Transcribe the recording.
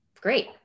great